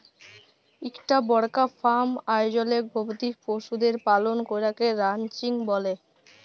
ইকটা বড়কা ফার্ম আয়জলে গবাদি পশুদের পালল ক্যরাকে রানচিং ব্যলে